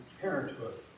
Parenthood